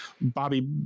Bobby